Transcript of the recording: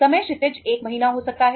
समय क्षितिज 1 महीना हो सकता है